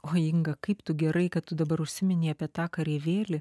o inga kaip tu gerai kad tu dabar užsiminei apie tą kareivėlį